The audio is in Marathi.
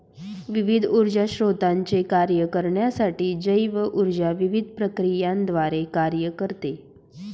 विविध ऊर्जा स्त्रोतांचे कार्य करण्यासाठी जैव ऊर्जा विविध प्रक्रियांद्वारे कार्य करते